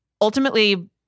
ultimately